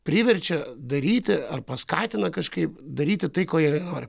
priverčia daryti ar paskatina kažkaip daryti tai ko jie nenori